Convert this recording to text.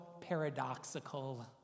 paradoxical